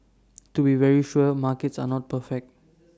to be very sure markets are not perfect